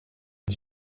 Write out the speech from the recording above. une